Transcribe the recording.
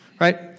right